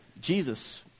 Jesus